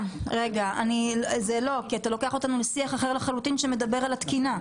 אתה לוקח אותנו לשיח אחר שמדבר על התקינה.